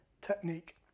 technique